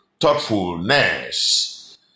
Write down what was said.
thoughtfulness